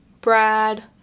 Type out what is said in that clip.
Brad